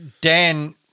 Dan